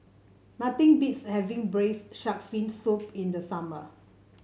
nothing beats having Braised Shark Fin Soup in the summer